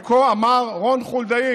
וכה אמר רון חולדאי,